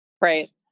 Right